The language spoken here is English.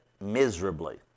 miserably